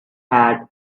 had